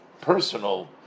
personal